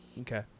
Okay